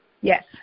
Yes